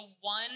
one